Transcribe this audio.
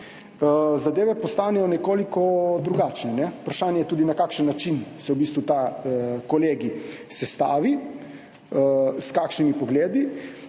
zadeve postanejo nekoliko drugačne. Vprašanje je tudi, na kakšen način se v bistvu ta kolegij sestavi, s kakšnimi pogledi